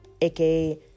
AKA